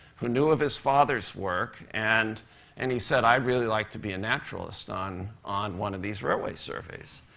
who knew of his father's work, and and he said, i'd really like to be a naturalist on on one of these railway surveys.